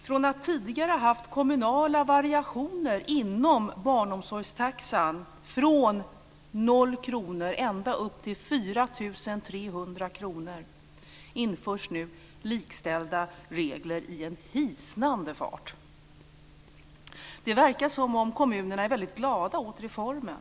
Från att man tidigare har haft kommunala variationer inom barnomsorgstaxan från 0 kr ända upp till 4 300 kr inför man nu likställda regler i en hisnande fart. Det verkar som om kommunerna är väldigt glada åt reformen.